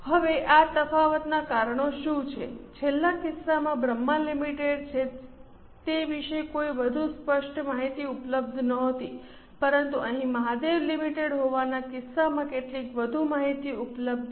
હવે આ તફાવતનાં કારણો શું છે છેલ્લા કિસ્સામાં બ્રહ્મા લિમિટેડ છે તે વિશે કોઈ વધુ માહિતી ઉપલબ્ધ નહોતી પરંતુ અહીં મહાદેવ લિમિટેડ હોવાના કિસ્સામાં કેટલીક વધુ માહિતી ઉપલબ્ધ છે